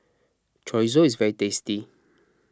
Chorizo is very tasty